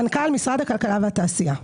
מנכ"ל משרד הכלכלה והתעשייה.